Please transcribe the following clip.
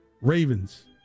Ravens